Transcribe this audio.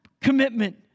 commitment